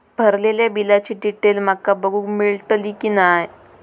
भरलेल्या बिलाची डिटेल माका बघूक मेलटली की नाय?